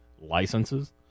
licenses